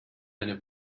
eine